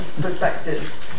perspectives